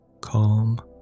Calm